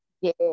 yes